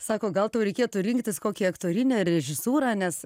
sako gal tau reikėtų rinktis kokį aktorinį ar režisūrą nes